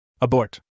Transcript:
Abort